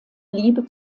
liebe